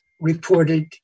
reported